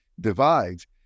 divides